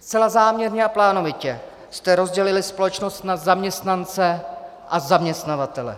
Zcela záměrně a plánovitě jste rozdělili společnost na zaměstnance a zaměstnavatele.